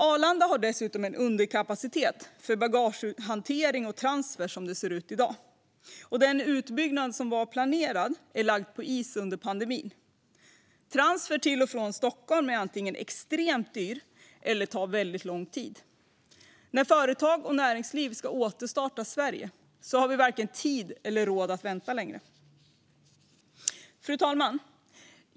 Arlanda har dessutom en underkapacitet för bagagehantering och transfer, och den planerade utbyggnaden är lagd på is under pandemin. Transfer till och från Stockholm är antingen extremt dyr eller tar lång tid. När företag och näringsliv ska återstarta Sverige har vi varken tid eller råd att vänta längre på utbyggnaden. Fru talman!